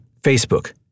Facebook